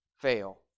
fail